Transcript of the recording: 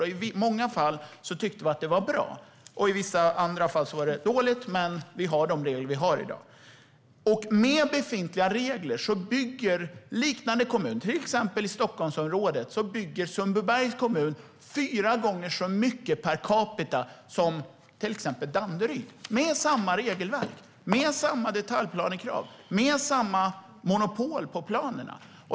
I många fall tyckte vi att det var bra, och i vissa andra fall var det dåligt. Vi har dock de regler vi har i dag. Med befintliga regler bygger, om vi tar liknande kommuner i Stockholmsområdet som exempel, Sundbybergs kommun fyra gånger så mycket per capita som exempelvis Danderyd - med samma regelverk, samma detaljplanekrav och samma monopol på planerna.